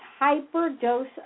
hyperdose